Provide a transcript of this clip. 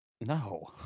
No